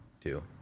Two